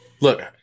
Look